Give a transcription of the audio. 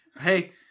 Hey